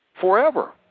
forever